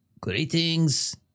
greetings